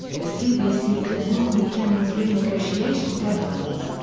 the cbc could not meet jennings' renegotiation deadlines,